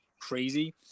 Crazy